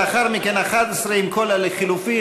ולאחר מכן 11 עם כל ההסתייגויות לחלופין,